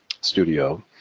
studio